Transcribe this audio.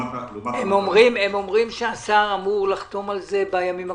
הם אומרים שהשר אמור לחתום על זה בימים הקרובים.